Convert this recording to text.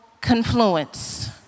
confluence